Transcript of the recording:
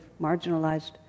marginalized